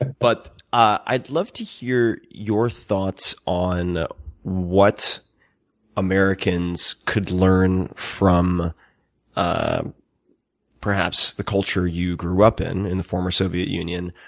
but i'd love to hear your thoughts on what americans could learn from ah perhaps the culture you grew up in in the former soviet union,